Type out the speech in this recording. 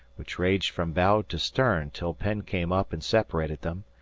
which raged from bow to stern till penn came up and separated them,